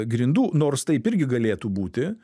grindų nors taip irgi galėtų būti